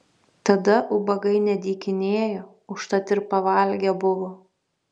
tada ubagai nedykinėjo užtat ir pavalgę buvo